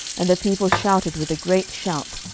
and the people shouted with a great shout,